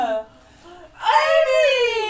Amy